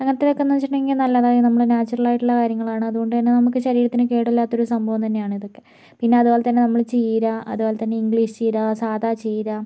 അങ്ങനത്തക്കേന്ന് വെച്ചിട്ടുണ്ടെങ്കില് നല്ലതായി നമ്മള് നാച്ചുറലായിട്ടുള്ള കാര്യങ്ങളാണ് അതുകൊണ്ട് തന്നെ നമുക്ക് ശരീരത്തിന് കേടില്ലാത്തൊരു സംഭവം തന്നെയാണ് ഇതൊക്കെ പിന്നെ അതുപോലെ തന്നെ നമ്മള് ചീര അതുപോലെ തന്നെ ഇംഗ്ലീഷ് ചീര സാധാ ചീര